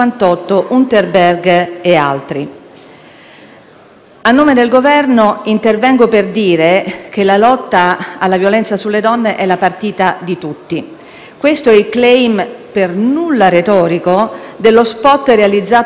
A nome del Governo intervengo per dire che la lotta alla violenza sulla donne è la partita di tutti. Questo è il *claim*, per nulla retorico, dello *spot* realizzato dalla RAI per il Dipartimento delle pari opportunità